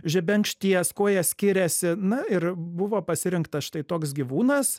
žebenkšties kuo jie skiriasi na ir buvo pasirinktas štai toks gyvūnas